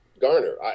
Garner